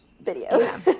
video